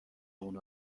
اونو